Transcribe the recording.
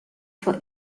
for